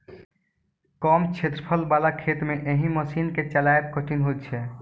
कम क्षेत्रफल बला खेत मे एहि मशीन के चलायब कठिन होइत छै